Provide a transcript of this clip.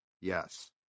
Yes